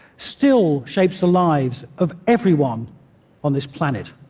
still shapes the lives of everyone on this planet.